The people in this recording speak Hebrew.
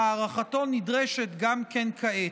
הארכתו נדרשת גם כעת,